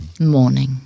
Morning